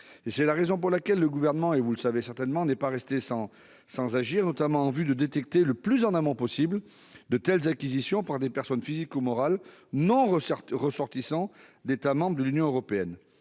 C'est la raison pour laquelle le Gouvernement n'est pas resté sans agir, notamment en vue de détecter le plus en amont possible de telles acquisitions par des personnes, physiques ou morales, non ressortissantes d'un État membre de l'Union européenne.